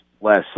last